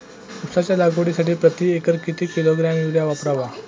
उसाच्या लागवडीसाठी प्रति एकर किती किलोग्रॅम युरिया वापरावा?